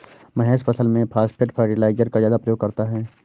महेश फसल में phosphate fertiliser का ज्यादा प्रयोग करता है